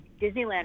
disneyland